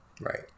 right